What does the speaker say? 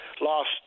lost